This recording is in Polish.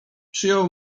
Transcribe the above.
przyjął